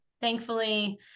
thankfully